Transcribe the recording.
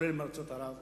בהן